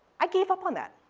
i gave up on that.